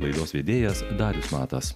laidos vedėjas darius matas